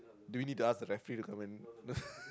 do you need to ask the referee to come in